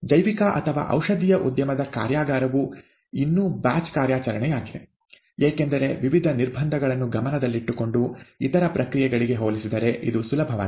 ಜೈವಿಕ ಅಥವಾ ಔಷಧೀಯ ಉದ್ಯಮದ ಕಾರ್ಯಾಗಾರವು ಇನ್ನೂ ಬ್ಯಾಚ್ ಕಾರ್ಯಾಚರಣೆಯಾಗಿದೆ ಏಕೆಂದರೆ ವಿವಿಧ ನಿರ್ಬಂಧಗಳನ್ನು ಗಮನದಲ್ಲಿಟ್ಟುಕೊಂಡು ಇತರ ಪ್ರಕ್ರಿಯೆಗಳಿಗೆ ಹೋಲಿಸಿದರೆ ಇದು ಸುಲಭವಾಗಿದೆ